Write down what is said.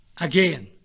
again